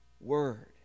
word